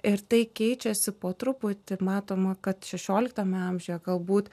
ir tai keičiasi po truputį matoma kad šešioliktame amžiuje galbūt